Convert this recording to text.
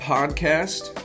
Podcast